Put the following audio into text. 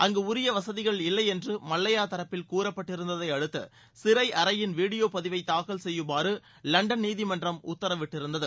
அங்கு உரிய வசதிகள் இல்லை என்று மல்லையா தரப்பில் கூறப்பட்டிருந்ததை அடுத்து சிறை அறையின் வீடியோ பதிவை தாக்கல் செய்யுமாறு லண்டன் நீதிமன்றம் உத்தரவிட்டிருந்தது